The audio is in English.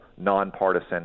nonpartisan